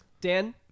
Dan